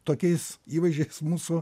tokiais įvaizdžiais mūsų